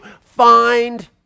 find